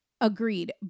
Agreed